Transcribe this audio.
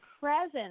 present